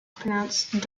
pronounced